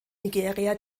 nigeria